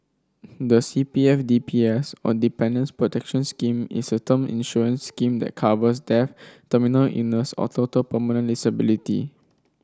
the C P F D P S or Dependants' Protection Scheme is a term insurance scheme that covers death terminal illness or total permanent disability